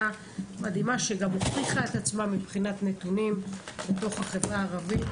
מדהימה שגם הוכיחה את עצמה מבחינת נתונים בתוך החברה הערבית.